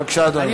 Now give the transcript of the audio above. בבקשה, אדוני.